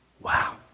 Wow